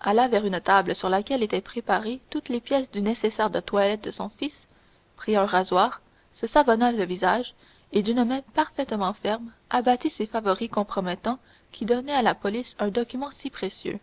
alla vers une table sur laquelle étaient préparées toutes les pièces du nécessaire de toilette de son fils prit un rasoir se savonna le visage et d'une main parfaitement ferme abattit ces favoris compromettants qui donnaient à la police un document si précieux